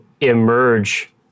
emerge